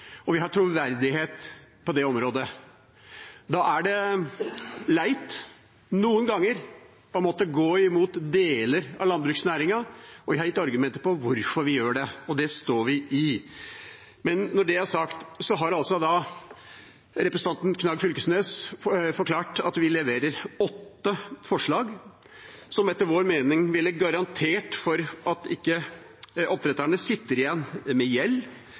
og vi har troverdighet på det området. Da er det leit noen ganger å måtte gå imot deler av landbruksnæringen, og jeg har gitt argumenter for hvorfor vi gjør det, og det står vi ved. Når det er sagt: Representanten Knag Fylkesnes har forklart at vi leverer åtte forslag, som etter vår mening ville garantert at oppdretterne ikke sitter igjen med gjeld